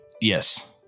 Yes